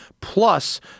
plus